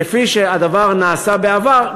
כפי שהדבר נעשה בעבר,